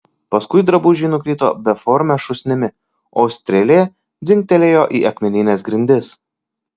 paskui drabužiai nukrito beforme šūsnimi o strėlė dzingtelėjo į akmenines grindis